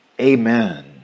Amen